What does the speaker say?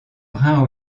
brun